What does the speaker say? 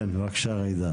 בבקשה.